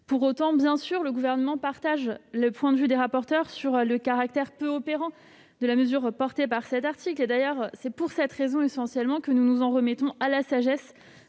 Pour autant, bien sûr, le Gouvernement partage le point de vue des rapporteurs sur le caractère peu opérant de la mesure prévue à cet article. C'est d'ailleurs pour cette raison que nous nous en remettons à la sagesse